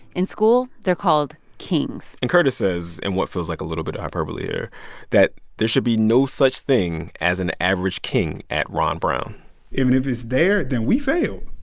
in school, they're called kings and curtis says in what feels like a little bit of hyperbole here that there should be no such thing as an average king at ron brown even if it's there, then we failed.